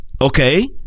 okay